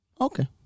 Okay